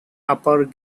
upper